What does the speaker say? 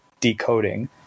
decoding